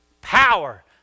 power